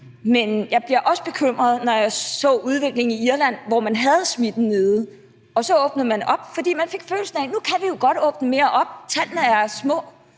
Men jeg bliver også bekymret, når jeg ser udviklingen i Irland, hvor man havde fået smitten ned og man så åbnede op, fordi man fik følelsen af, at nu kunne man jo godt åbne mere op, tallene var små.